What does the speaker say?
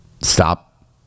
stop